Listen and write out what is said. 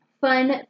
fun